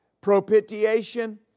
propitiation